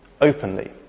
openly